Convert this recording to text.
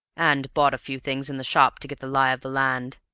and bought a few things in the shop to get the lie of the land.